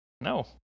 No